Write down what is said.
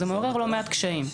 זה מעורר לא מעט קשיים.